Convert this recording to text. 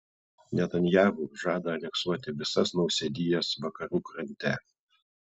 netanyahu žada aneksuoti visas nausėdijas vakarų krante